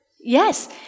Yes